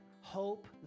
hope